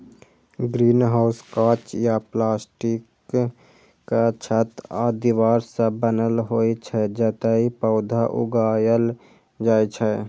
greenhouse कांच या प्लास्टिकक छत आ दीवार सं बनल होइ छै, जतय पौधा उगायल जाइ छै